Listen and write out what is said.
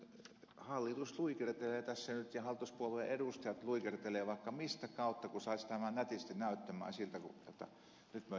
hallitus luikertelee tässä nyt ja hallituspuolueiden edustajat luikertelevat vaikka mitä kautta kun saisivat tämän nätisti näyttämään siltä jotta nyt me jotain teimme nimenomaan ratkaisimme